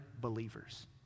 believers